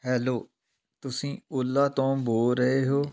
hello ਤੁਸੀਂ Ola ਤੋਂ ਬੋਲ ਰਹੇ ਹੋ